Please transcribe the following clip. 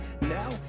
Now